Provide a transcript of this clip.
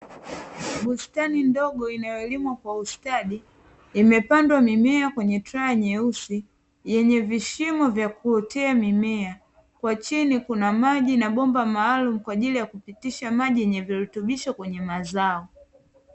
Bustani ndogo inayolimwa kwa ustadi imepandwa mimea kwenye traya nyeusi yenye vishimo vya kuotea mimea, kwa chini kuna maji na bomba maalumu kwa ajili ya kupitisha maji yenye virutubisho kwenye mazao.